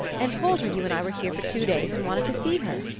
and told her you and i were here for two days and wanted to see her.